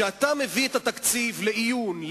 כשאתה מביא את התקציב לעיון,